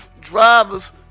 drivers